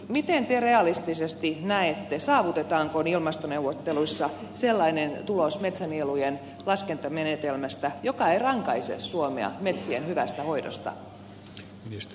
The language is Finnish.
miten te realistisesti näette saavutetaanko ilmastoneuvotteluissa sellainen tulos metsänielujen laskentamenetelmästä joka ei rankaise suomea metsien hyvästä hoidosta